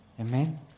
Amen